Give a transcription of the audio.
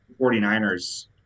49ers